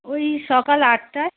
ওই সকাল আটটায়